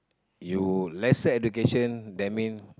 you lesser education that mean